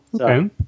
okay